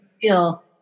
feel